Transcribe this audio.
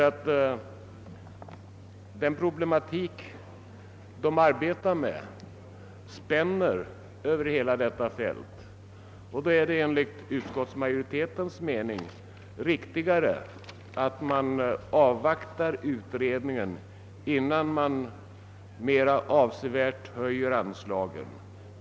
Den problematik som utredningen arbetar med spänner nämligen över hela detta fält, och då är det enligt utskottsmajoritetens mening riktigare att avvakta resultatet av utredningens arbete, innan man mera avsevärt höjer anslagen.